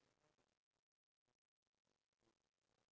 the next day wake up at eight